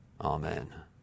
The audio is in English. Amen